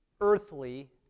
earthly